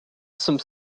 some